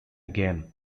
again